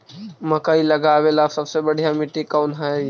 मकई लगावेला सबसे बढ़िया मिट्टी कौन हैइ?